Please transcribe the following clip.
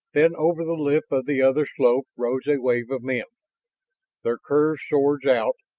then over the lip of the other slope rose a wave of men their curved swords out,